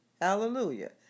Hallelujah